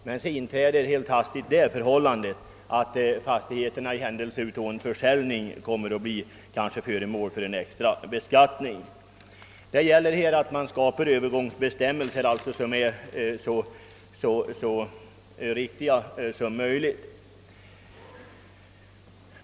Men så inträder helt plötsligt det förhållandet, att fastigheterna i händelse av försäljning riskerar att bli föremål för en extra beskattning. Det gäller alltså att härvid skapa övergångsbestämmelser som är så rättvisa som möjligt.